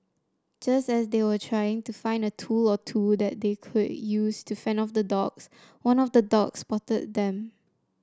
just as they were trying to find a tool or two that they could use to fend off the dogs one of the dogs spotted them